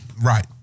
right